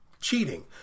Cheating